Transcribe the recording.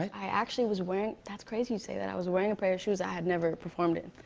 i actually was wearing that's crazy you say that. i was wearing a pair of shoes i had never performed in.